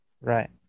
Right